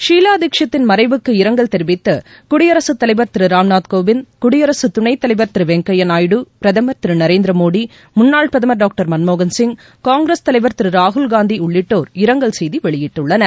ஷீலா தீட்சித்தின் மறைவுக்கு இரங்கல் தெரிவித்து குடியரசுத் தலைவர் திரு ராம்நாத்கோவிந்த் குடியரசுத் துணைத் தலைவர் திரு வெங்கைய்யா நாயுடு பிரதமர் திரு நரேந்திரமோடி முன்னாள் பிரதமர் டாக்டர் மன்மோகன் சிங் காங்கிரஸ் தலைவர் திரு ராகுல் காந்தி உள்ளிட்டோர் இரங்கல் செய்தி வெளியிட்டுள்ள்னர்